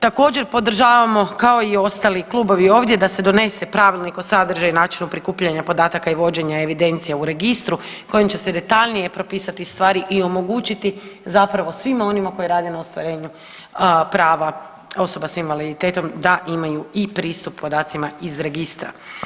Također, podržavamo kao i stali klubovi ovdje da se donese pravilnik o sadržaju i načinu prikupljanja podataka i vođenja evidencija u Registru kojim će se detaljnije propisati stvari i omogućit zapravo svima onima koji rade na ostvarenju prava osoba s invaliditetom da imaju i pristup podacima iz Registra.